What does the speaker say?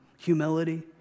humility